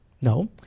no